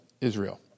Israel